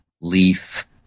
leaf